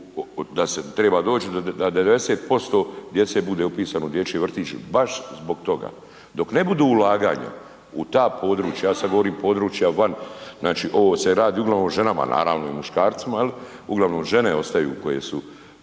da se triba doći na 90% djece bude upisano u dječji vrtić baš zbog toga. Dok ne budu ulaganja u ta područja, ja sad govorim područja van, znači ovo se radi uglavnom o ženama naravno i muškarcima jel, uglavnom žene ostaju koje su